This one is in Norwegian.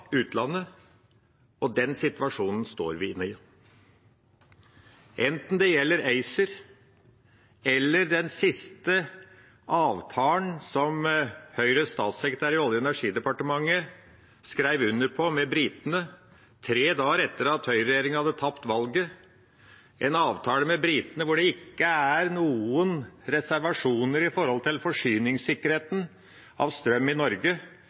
utlandet, og den situasjonen står vi i nå. Det gjelder enten det er snakk om ACER eller den siste avtalen som Høyres statssekretær i Olje- og energidepartementet skrev under på med britene, tre dager etter at høyreregjeringa hadde tapt valget – en avtale med britene hvor det ikke er noen reservasjoner hva gjelder forsyningssikkerheten av strøm i Norge,